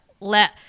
let